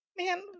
man